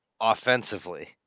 Offensively